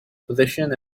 position